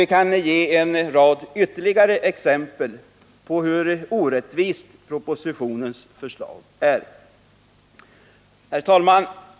Vi kan ge en rad ytterligare exempel Onsdagen den på hur orättvist propositionens förslag är. 21 maj 1980 Herr talman!